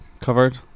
covered